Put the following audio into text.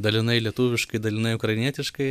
dalinai lietuviškai dalinai ukrainietiškai